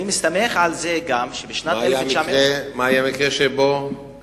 אני מסתמך על זה גם, מה היה המקרה האלים שקרה?